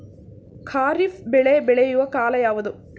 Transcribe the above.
ಖಾರಿಫ್ ಬೆಳೆ ಬೆಳೆಯುವ ಕಾಲ ಯಾವುದು?